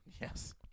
Yes